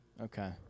Okay